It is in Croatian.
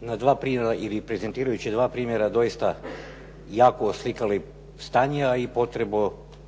na dva primjera ili prezentirajući dva primjera doista jako oslikali stanje, a i potrebu